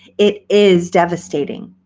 it is devastating.